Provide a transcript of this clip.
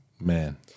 Man